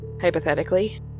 Hypothetically